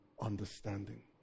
understanding